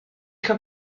come